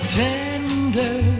tender